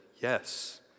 yes